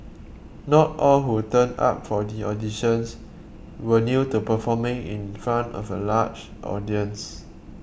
not all who turned up for the auditions were new to performing in front of a large audience